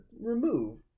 remove